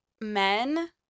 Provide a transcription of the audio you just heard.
men